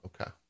Okay